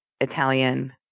Italian